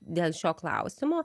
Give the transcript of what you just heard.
dėl šio klausimo